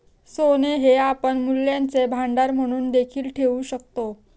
सोने हे आपण मूल्यांचे भांडार म्हणून देखील ठेवू शकतो